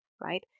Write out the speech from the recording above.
right